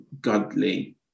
godly